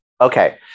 Okay